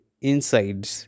inside